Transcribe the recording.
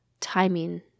timing